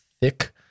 thick